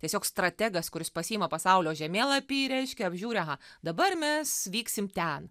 tiesiog strategas kuris pasiima pasaulio žemėlapį reiškia apžiūri aha dabar mes vyksim ten